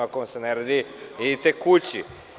Ako vam se ne radi, idite kući.